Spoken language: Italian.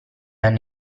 hanno